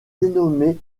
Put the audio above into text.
dénommé